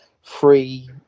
free